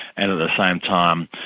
and at the same time,